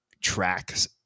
tracks